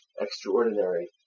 extraordinary